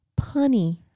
punny